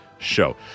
show